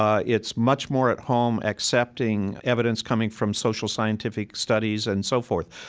ah it's much more at home accepting evidence coming from social scientific studies, and so forth.